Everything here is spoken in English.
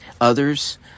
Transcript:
Others